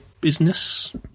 business